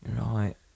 Right